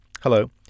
Hello